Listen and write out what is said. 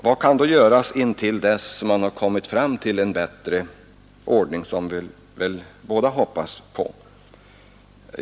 Vad kan då göras till dess att man kommit fram till en bättre ordning?